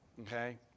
Okay